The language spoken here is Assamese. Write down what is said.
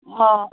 অঁ